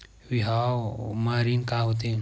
बिहाव म ऋण का होथे?